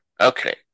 Okay